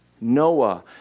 Noah